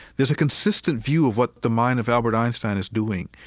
there's a consistent view of what the mind of albert einstein is doing,